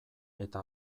eta